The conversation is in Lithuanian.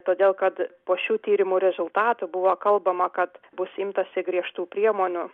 todėl kad po šių tyrimų rezultatų buvo kalbama kad bus imtasi griežtų priemonių